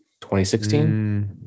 2016